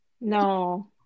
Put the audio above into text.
No